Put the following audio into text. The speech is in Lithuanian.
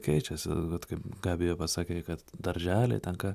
keičiasi vat kaip gabija pasakei kad darželiai ten ką